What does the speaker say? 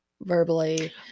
verbally